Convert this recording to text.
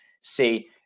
see